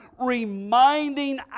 reminding